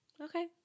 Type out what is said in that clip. Okay